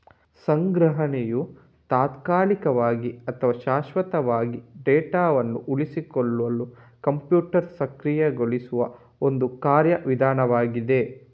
ಸಂಗ್ರಹಣೆಯು ತಾತ್ಕಾಲಿಕವಾಗಿ ಅಥವಾ ಶಾಶ್ವತವಾಗಿ ಡೇಟಾವನ್ನು ಉಳಿಸಿಕೊಳ್ಳಲು ಕಂಪ್ಯೂಟರ್ ಸಕ್ರಿಯಗೊಳಿಸುವ ಒಂದು ಕಾರ್ಯ ವಿಧಾನವಾಗಿದೆ